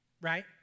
Right